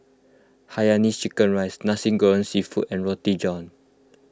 Hainanese Chicken Rice Nasi Goreng Seafood and Roti John